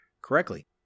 correctly